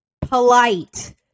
Polite